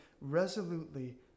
resolutely